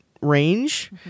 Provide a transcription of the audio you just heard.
range